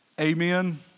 Amen